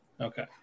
Okay